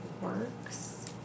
works